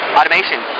Automation